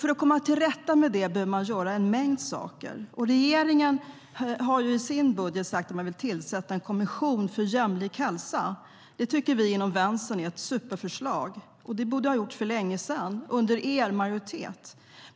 För att komma till rätta med det behöver vi göra en mängd saker. Regeringen har i sin budget sagt att man vill tillsätta en kommission för jämlik hälsa. Det tycker vi inom Vänstern är ett superförslag, och det borde ha gjorts för länge sedan, under er majoritet.